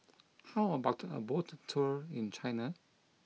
how about a boat tour in China